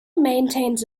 maintains